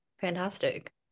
fantastic